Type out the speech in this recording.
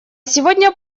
сегодня